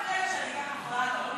מפריע לי כשאני ככה, חולה?